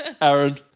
Aaron